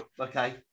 okay